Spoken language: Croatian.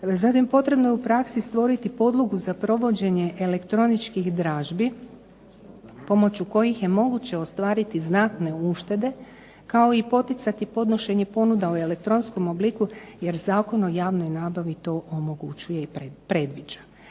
Zatim potrebno je u praksi stvoriti podlogu za provođenje elektroničkih dražbi, pomoću kojih je moguće ostvariti znatne uštede, kao i poticati podnošenje ponuda u elektronskom obliku, jer Zakon o javnoj nabavi to omogućuje i predviđa.